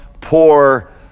poor